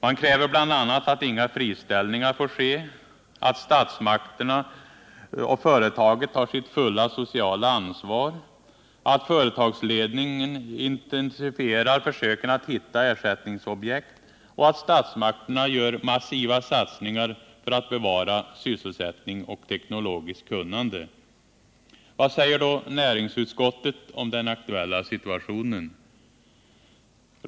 Man kräver bl.a. att inga friställningar får ske, att statsmakterna och företaget tar sitt fulla sociala ansvar, att företagsledningen intensifierar försöken att hitta ersättningsprojekt och att statsmakterna gör massiva satsningar för att bevara sysselsättning och teknologiskt kunnande. Vad säger då näringsutskottet om den aktuella situationen?